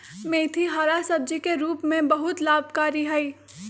मेथी हरा सब्जी के रूप में बहुत लाभकारी हई